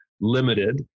Limited